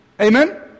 Amen